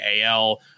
al